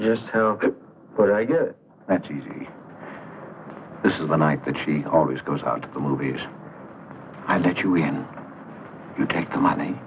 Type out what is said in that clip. just her but i guess that's easy this is the night that she always goes out to the movies and that you even if you take the money